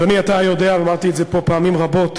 אדוני, אתה יודע, אמרתי את זה פה פעמים רבות,